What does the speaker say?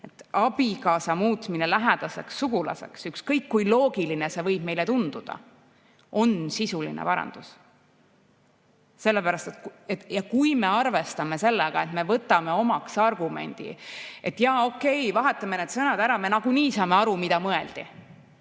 "abikaasa" muutmine sõnadeks "lähedane sugulane", ükskõik kui loogiline see võib meile tunduda, on sisuline parandus. Ja kui me arvestame sellega, et võtame omaks argumendi, et jaa, okei, vahetame need sõnad ära, me nagunii saame aru, mida mõeldi,